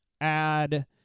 add